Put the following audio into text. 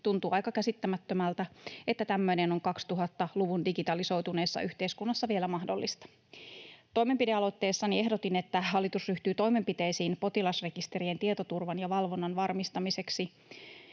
Tuntuu aika käsittämättömältä, että tämmöinen on 2000-luvun digitalisoituneessa yhteiskunnassa vielä mahdollista. Toimenpidealoitteessani ehdotin, että hallitus ryhtyy toimenpiteisiin potilasrekisterien tietoturvan ja valvonnan varmistamiseksi,